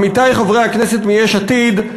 עמיתי חברי הכנסת מיש עתיד,